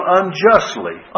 unjustly